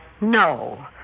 No